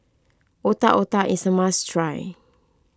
Otak Otak is a must try